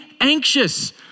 anxious